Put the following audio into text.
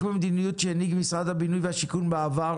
במדיניות שהנהיג משרד הבינוי והשיכון בעבר